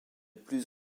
plus